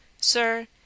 Sir